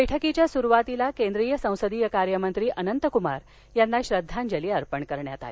बैठकीच्या सुरूवातीला केंद्रीय संसदीय कार्य मंत्री अनंतकुमार यांना श्रद्वांजली अर्पण करण्यात आली